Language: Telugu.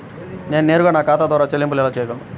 నేను నేరుగా నా ఖాతా ద్వారా చెల్లింపులు ఎలా చేయగలను?